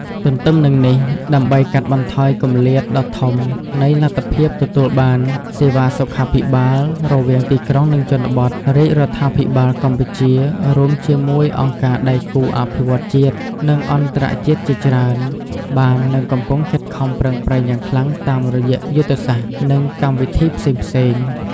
ទទ្ទឹមនឹងនេះ ដើម្បីកាត់បន្ថយគម្លាតដ៏ធំនៃលទ្ធភាពទទួលបានសេវាសុខាភិបាលរវាងទីក្រុង និងជនបទ រាជរដ្ឋាភិបាលកម្ពុជារួមជាមួយអង្គការដៃគូអភិវឌ្ឍន៍ជាតិ និងអន្តរជាតិជាច្រើន បាននិងកំពុងខិតខំប្រឹងប្រែងយ៉ាងខ្លាំងតាមរយៈយុទ្ធសាស្ត្រ និងកម្មវិធីផ្សេងៗ។